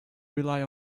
rely